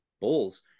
bulls